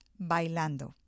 Bailando